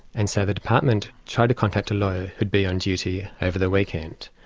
and so the department tried to contact a lawyer who'd be on duty over the weekend.